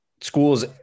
schools